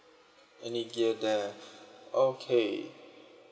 any gear there okay